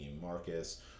Marcus